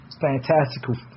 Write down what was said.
fantastical